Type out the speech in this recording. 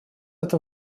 это